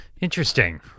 Interesting